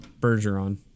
Bergeron